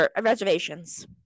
reservations